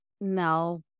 No